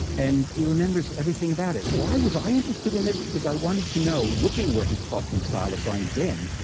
and he remembers everything about it. why was i interested in this? because i wanted to know, looking where he caught these thylacines then,